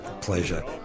Pleasure